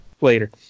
Later